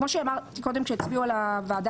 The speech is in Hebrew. כמו שהבהרתי קודם כשהצביעו על הוועדה